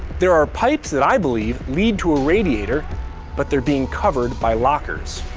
there are pipes that i believe lead to a radiator but they're being covered by lockers,